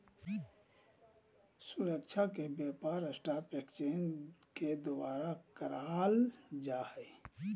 सुरक्षा के व्यापार स्टाक एक्सचेंज के द्वारा क़इल जा हइ